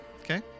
Okay